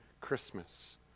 Christmas